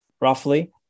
roughly